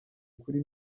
kuri